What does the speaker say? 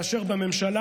לאשר בממשלה,